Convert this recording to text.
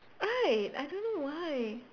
right I don't know why